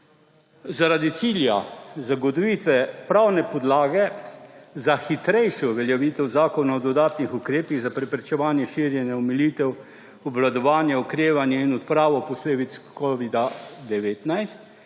Zaradi cilja zagotovitve pravne podlage za hitrejšo uveljavitev Zakona o dodatnih ukrepih za preprečevanje širjenja, omilitev, obvladovanje, okrevanje in odpravo posledic COVID-19